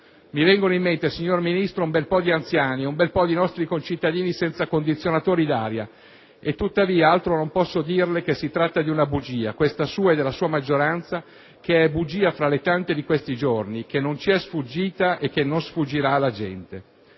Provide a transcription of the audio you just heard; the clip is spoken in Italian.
Mi vengono in mente, signor Ministro, un bel po' di anziani e di nostri concittadini senza condizionatori d'aria e tuttavia altro non posso che dirle si tratta di una bugia, questa sua e della sua maggioranza, che è bugia fra le tante di questi giorni, che non ci è sfuggita, e che non sfuggirà alla gente.